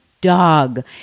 dog